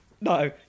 No